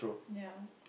ya